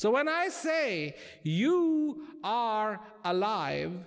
so when i say you are alive